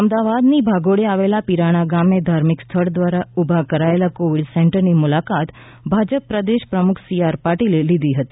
અમદાવાદની ભાગોળે આવેલા પિરાણા ગામે ધાર્મિક સ્થળ દ્વારા ઊભા કરાયેલા કોવિડ સેન્ટરની મુલાકાત ભાજપ પ્રદેશ પ્રમુખ સી આર પાટિલે લીધી હતી